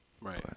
Right